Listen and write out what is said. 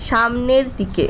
সামনের দিকে